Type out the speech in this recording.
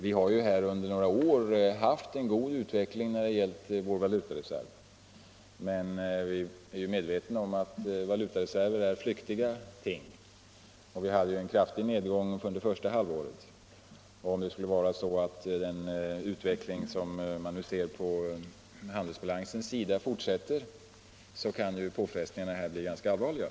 Vi har under några år haft en god utveckling när det gällt vår valutareserv. Men vi är medvetna om att valutareserver är flyktiga ting, och vi hade en kraftig nedgång under förra halvåret. Om den utveckling man nu ser på handelsbalansens sida fortsätter kan påfrestningarna bli ganska allvarliga.